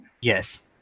Yes